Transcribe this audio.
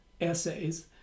essays